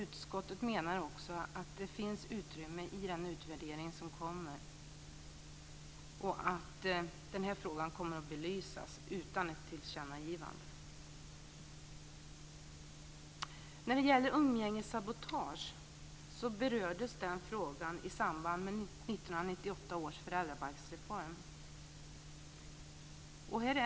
Utskottet menar också att detta kommer att belysas i den utvärdering som kommer och att det därför inte behövs något tillkännagivande. Frågan om umgängessabotage berördes i samband med 1998 års föräldrabalksreform.